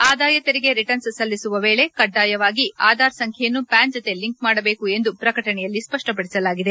ಆದಾಯ ತೆರಿಗೆ ರಿಟರ್ನ್ಬ್ ಸಲ್ಲಿಸುವ ವೇಳೆ ಕಡ್ಡಾಯವಾಗಿ ಆಧಾರ್ ಸಂಖ್ಯೆಯನ್ನು ಪ್ಯಾನ್ ಜತೆಗೆ ಲಿಂಕ್ ಮಾಡಬೇಕು ಎಂದು ಪ್ರಕಟಣೆಯಲ್ಲಿ ಸ್ವ ಷ್ವಪದಿಸಲಾಗಿದೆ